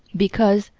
because,